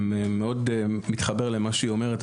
אני מתחבר אל מה שהיא אומרת,